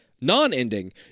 Non-ending